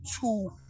two